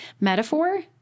metaphor